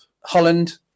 Holland